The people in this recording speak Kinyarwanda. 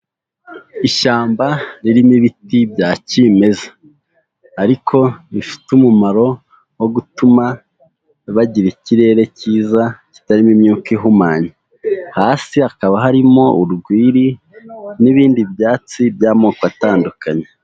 Ishyamba ririmo ibiti bya kimeza ariko bifite umumaro wo gutuma bagira ikirere cyiza kitarimo imyuka ihumanya. Hasi hakaba harimo urwiri n'ibindi byatsi by'amoko atandukanye.